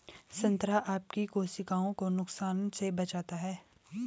संतरा आपकी कोशिकाओं को नुकसान से बचाता है